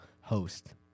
host